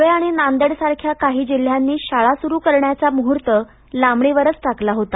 धुळे आणि नांदेड सारख्या काही जिल्ह्यांनीही शाळा सुरू करण्याचा मुहूर्त लांबणीवरच टाकला होता